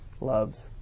loves